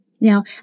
Now